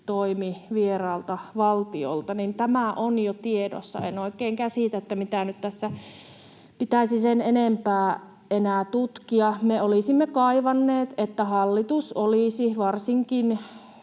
vieraalta valtiolta. Tämä on jo tiedossa. En oikein käsitä, mitä tässä nyt pitäisi sen enempää enää tutkia. Me olisimme kaivanneet, että hallitus, varsinkin